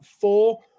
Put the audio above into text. four